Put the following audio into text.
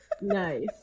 Nice